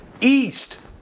east